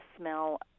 smell